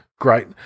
Great